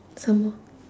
some more